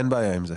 אין בעיה עם זה.